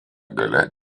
gale